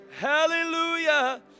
Hallelujah